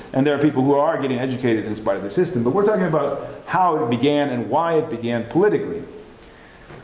and there are people who are getting educated in spite of the system, but we're talking about how it began and why it began politically